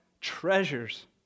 treasures